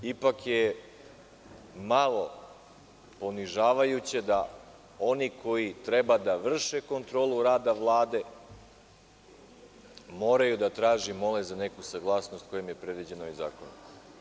Ipak je, malo ponižavajuće da oni koji treba da vrše kontrolu rada Vlade moraju da traže i mole za neku saglasnost koja im je predviđena ovim zakonom.